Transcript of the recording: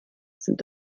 sind